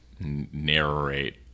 narrate